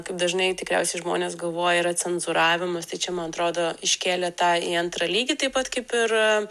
kaip dažnai tikriausiai žmonės galvoja yra cenzūravimas tai čia man atrodo iškėlė tą į antrą lygį taip pat kaip ir